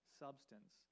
substance